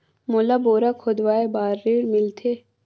मोला बोरा खोदवाय बार ऋण मिलथे?